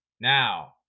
Now